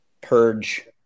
purge